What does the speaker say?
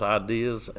ideas